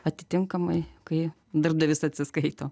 atitinkamai kai darbdavys atsiskaito